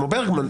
כמו ברגמן,